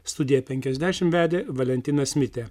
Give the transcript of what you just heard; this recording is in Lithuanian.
studiją penkiasdešimt vedė valentinas mitė